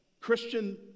Christian